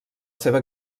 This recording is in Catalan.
seva